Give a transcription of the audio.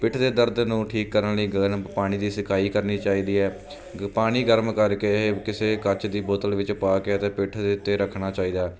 ਪਿੱਠ ਦੇ ਦਰਦ ਨੂੰ ਠੀਕ ਕਰਨ ਲਈ ਗਰਮ ਪਾਣੀ ਦੀ ਸਿਕਾਈ ਕਰਨੀ ਚਾਹੀਦੀ ਹੈ ਪਾਣੀ ਗਰਮ ਕਰਕੇ ਇਹ ਕਿਸੇ ਕੱਚ ਦੀ ਬੋਤਲ ਵਿੱਚ ਪਾ ਕੇ ਅਤੇ ਪਿੱਠ ਦੇ ਉੱਤੇ ਰੱਖਣਾ ਚਾਹੀਦਾ